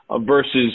versus